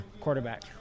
quarterback